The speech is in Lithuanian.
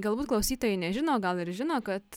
galbūt klausytojai nežino gal ir žino kad